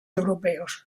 europeos